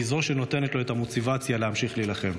והיא זו שנותנת לו את המוטיבציה להמשיך להילחם.